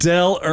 Dell